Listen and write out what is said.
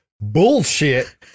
bullshit